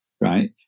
right